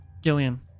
Gillian